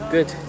Good